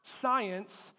Science